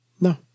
No